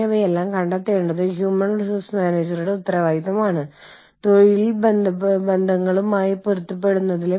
ഇവിടെ രണ്ടാമത്തെ കാര്യം നമ്മൾ ആഗോളതലത്തിൽ മത്സരിക്കേണ്ടതുണ്ട് മാത്രമല്ല നമ്മുടെ പ്രാദേശിക ആവശ്യങ്ങൾ കൂടി പരിപാലിക്കുകയും വേണം